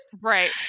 Right